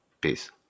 Peace